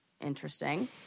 interesting